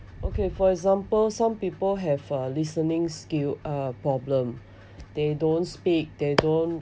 okay for example some people have a listening skill uh problem they don't speak they don't